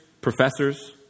professors